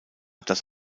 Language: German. dass